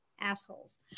assholes